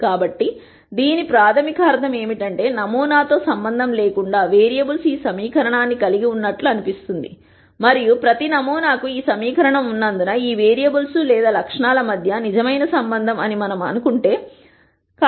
కాబట్టి దీని ప్రాథమిక అర్థం ఏమిటంటే నమూనాతో సంబంధం లేకుండా వేరియబుల్స్ ఈ సమీకరణాన్ని కలిగి ఉన్నట్లు అనిపిస్తుంది మరియు ప్రతి నమూనాకు ఈ సమీకరణం ఉన్నందున ఈ వేరియబుల్స్ లేదా లక్షణాల మధ్య ఇది నిజమైన సంబంధం అని మేము అనుకుంటాం